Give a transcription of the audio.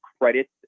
credit